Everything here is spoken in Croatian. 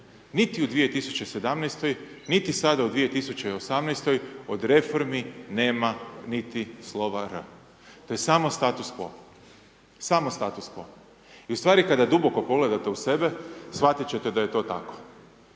niti u 2017., niti sada u 2018., od reformi nema niti slova r, to je samo status quo, samo status quo. I ustvari kada duboko pogledate u sebe, shvatit će te da je to tako.